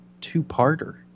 two-parter